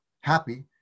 happy